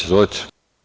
Izvolite.